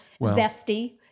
zesty